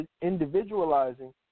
individualizing